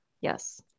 Yes